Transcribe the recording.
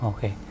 Okay